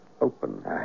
open